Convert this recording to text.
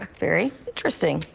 very interesting.